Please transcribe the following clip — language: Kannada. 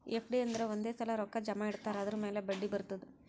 ಎಫ್.ಡಿ ಅಂದುರ್ ಒಂದೇ ಸಲಾ ರೊಕ್ಕಾ ಜಮಾ ಇಡ್ತಾರ್ ಅದುರ್ ಮ್ಯಾಲ ಬಡ್ಡಿ ಬರ್ತುದ್